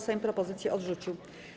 Sejm propozycje odrzucił.